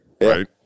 right